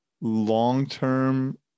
long-term